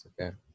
okay